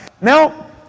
Now